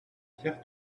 pierre